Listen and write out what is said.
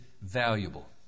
valuable